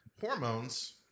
hormones